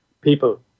people